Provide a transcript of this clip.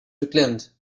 reclaimed